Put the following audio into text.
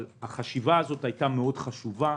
החשיבה הזאת הייתה מאוד חשובה.